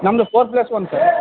ನಮ್ಮದು four plus one sir